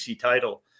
title